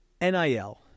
NIL